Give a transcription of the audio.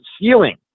ceiling